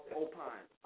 opine